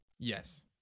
Yes